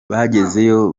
bagezeyo